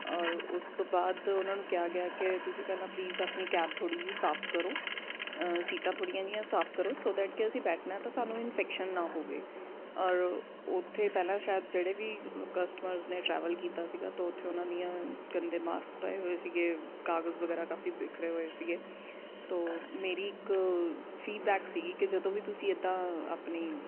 ਔਰ ਉਸ ਤੋਂ ਬਾਅਦ ਉਹਨਾਂ ਨੂੰ ਕਿਹਾ ਗਿਆ ਕਿ ਤੁਸੀਂ ਪਹਿਲਾਂ ਪਲੀਜ਼ ਆਪਣੀ ਕੈਬ ਥੋੜ੍ਹੀ ਜਿਹੀ ਸਾਫ਼ ਕਰੋ ਸੀਟਾਂ ਥੋੜ੍ਹੀਆਂ ਜਿਹੀਆਂ ਸਾਫ਼ ਕਰੋ ਸੋ ਦੈਟ ਕਿ ਅਸੀਂ ਬੈਠਣਾ ਤਾਂ ਸਾਨੂੰ ਇਨਫੈਕਸ਼ਨ ਨਾ ਹੋਵੇ ਔਰ ਉੱਥੇ ਪਹਿਲਾਂ ਸ਼ਾਇਦ ਜਿਹੜੇ ਵੀ ਕਸਟਮਰਸ ਨੇ ਟਰੈਵਲ ਕੀਤਾ ਸੀਗਾ ਤੋ ਉੱਥੇ ਉਹਨਾਂ ਦੀਆਂ ਗੰਦੇ ਮਾਸਕ ਪਏ ਹੋਏ ਸੀਗੇ ਕਾਗਜ਼ ਵਗੈਰਾ ਕਾਫ਼ੀ ਬਿਖਰੇ ਹੋਏ ਸੀਗੇ ਤੋ ਮੇਰੀ ਇੱਕ ਫੀਡਬੈਕ ਸੀਗੀ ਕਿ ਜਦੋਂ ਵੀ ਤੁਸੀਂ ਇੱਦਾਂ ਆਪਣੀ